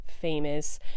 famous